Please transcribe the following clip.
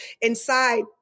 inside